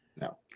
No